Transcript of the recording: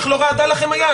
איך לא רעדה לכם היד